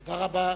תודה רבה.